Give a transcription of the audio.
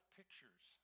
pictures